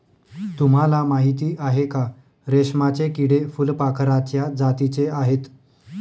तुम्हाला माहिती आहे का? रेशमाचे किडे फुलपाखराच्या जातीचे आहेत